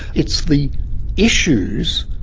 it's the issues,